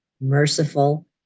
merciful